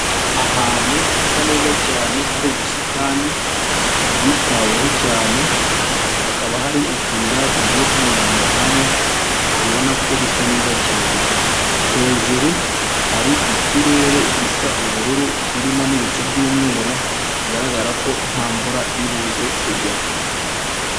Ahantu hasa neza cyane, hari ubusitani bwitaweho cyane, hakaba hari utuyira tugiye tunyuranyuranamo, ubona ko bisa neza cyane, hejuru hari ikirere gisa ubururu kirimo n'ibicu by'umweru bigaragara ko nta mvura iri buzeze kugwa.